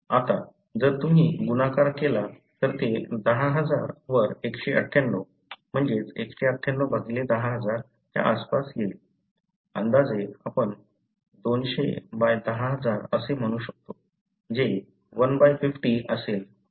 आता जर तुम्ही गुणाकार केला तर हे 10000 वर 198 19810000 च्या आसपास येईल अंदाजे आपण 200 बाय 10000 असे म्हणू शकतो जे 1 बाय 50 असेल